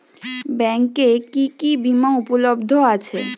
ব্যাংকে কি কি বিমা উপলব্ধ আছে?